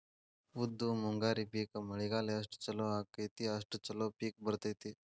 ಉದ್ದು ಮುಂಗಾರಿ ಪಿಕ್ ಮಳಿಗಾಲ ಎಷ್ಟ ಚಲೋ ಅಕೈತಿ ಅಷ್ಟ ಚಲೋ ಪಿಕ್ ಬರ್ತೈತಿ